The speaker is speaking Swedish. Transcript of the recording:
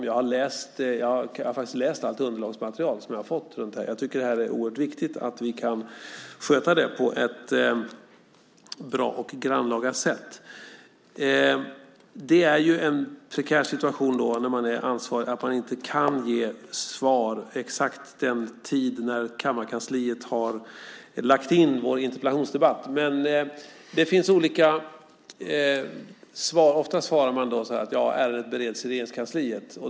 Jag har faktiskt läst allt underlagsmaterial som jag har fått om det här. Jag tycker att det är oerhört viktigt att vi kan sköta detta på ett bra och grannlaga sätt. Det är ju en prekär situation när man är ansvarig att man inte kan ge något svar exakt vid den tid då kammarkansliet har lagt vår interpellationsdebatt. Ofta svarar man att ärendet bereds i Regeringskansliet.